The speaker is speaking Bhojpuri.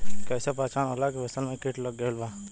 कैसे पहचान होला की फसल में कीट लग गईल बा?